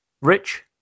rich